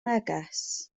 neges